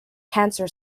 cancer